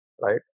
Right